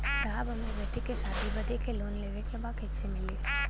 साहब हमरे बेटी के शादी बदे के लोन लेवे के बा कइसे मिलि?